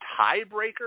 tiebreaker